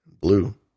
blue